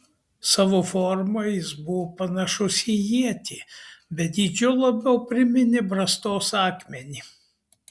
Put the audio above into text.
savo forma jis buvo panašus į ietį bet dydžiu labiau priminė brastos akmenį